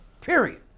period